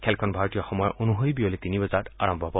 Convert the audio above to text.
খেলখন ভাৰতীয় সময় অনুসৰি বিয়লি তিনি বজাত আৰম্ভ হ'ব